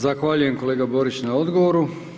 Zahvaljujem kolega Borić na odgovoru.